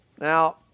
now